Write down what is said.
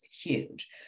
huge